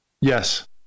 Yes